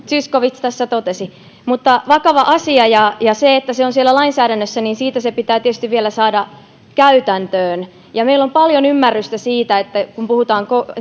zyskowicz tässä totesi mutta vakava asia ja kun se on siellä lainsäädännössä niin siitä se pitää tietysti vielä saada käytäntöön meillä on paljon ymmärrystä siitä kun puhutaan